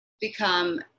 become